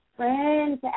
Friends